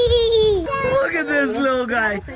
look at this little guy!